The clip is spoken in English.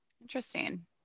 Interesting